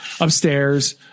upstairs